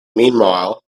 meanwhile